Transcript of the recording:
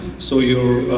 so your